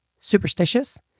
superstitious